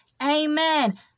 Amen